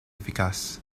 efficaces